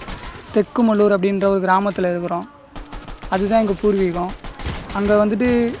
தெக்குமல்லூர் அப்படின்ற ஒரு கிராமத்தில் இருக்கிறோம் அதுதான் எங்கள் பூர்வீகம் அங்கே வந்துட்டு